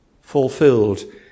fulfilled